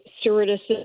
stewardesses